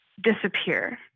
Disappear